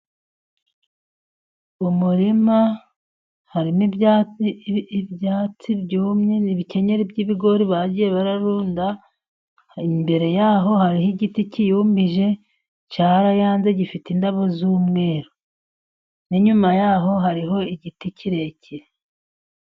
Umuririma harimo ibyatsi byumye n'ibikenyeri by'ibigori bagiye bararunda, imbere yaho hariho igiti kiyumije cyarayanze gifite indabo z'umweru, n'inyuma yaho hariho igiti kirekire.